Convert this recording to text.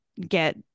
get